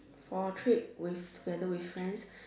for a trip with together with friends